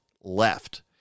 left